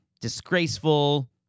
disgraceful